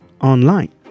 online